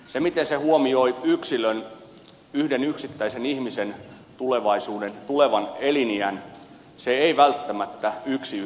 se miten se huomioi yksilön yhden yksittäisen ihmisen tulevaisuuden tulevan eliniän se ei välttämättä yksi yhteen kohtaa